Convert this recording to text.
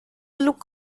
look